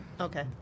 Okay